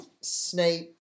Snape